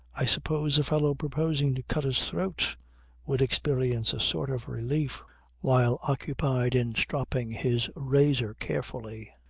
i suppose a fellow proposing to cut his throat would experience a sort of relief while occupied in stropping his razor carefully.